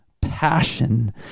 passion